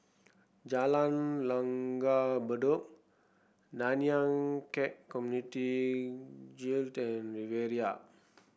Jalan Langgar Bedok Nanyang Khek Community Guild and Riviera